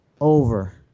Over